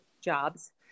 jobs